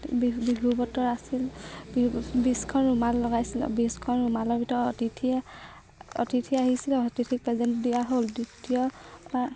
বিহু বিহু বতৰ আছিল বিহু বিছখন ৰুমাল লগাইছিলোঁ বিছখন ৰুমালৰ ভিতৰত অতিথি অতিথি আহিছিলে অতিথি প্ৰেজেণ্ট দিয়া হ'ল দ্বিতীয়বাৰ